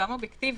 גם אובייקטיבית,